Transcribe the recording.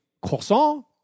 croissant